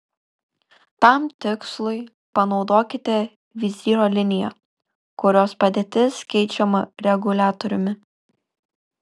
tam tikslui panaudokite vizyro liniją kurios padėtis keičiama reguliatoriumi